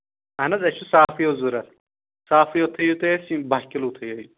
اَہن حظ اَسہِ چھُ صافٕے یوت ضوٚرَتھ صافٕے یوت تھٲیِو تُہۍ اَسہِ یِم بَہہ کِلوٗ تھٲیِو